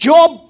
Job